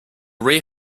rear